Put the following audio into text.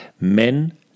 Men